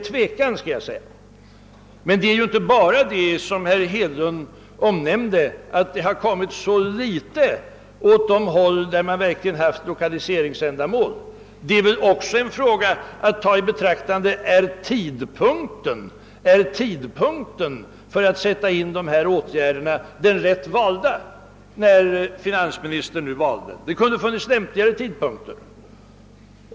Herr Hedlund talade ju om att man fått så litet på de håll där det verkligen funnits lokaliseringsändamål. Det är riktigt. Frågan bör också ställas om tidpunkten för att sätta in åtgärderna blev den rätta, när finansministern gjorde sitt val. Det kunde ha funnits lämpligare tidpunkter.